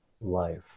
life